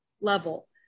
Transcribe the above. level